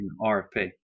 rfp